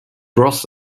ross